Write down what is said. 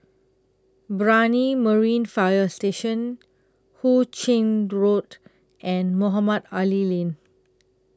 Brani Marine Fire Station Hu Ching Road and Mohamed Ali Lane